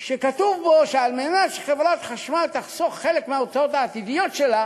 שכתוב בו שכדי שחברת חשמל תחסוך חלק מההוצאות העתידיות שלה